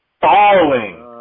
falling